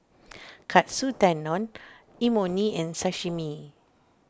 Katsu Tendon Imoni and Sashimi